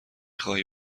خواهی